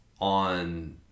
on